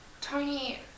Tony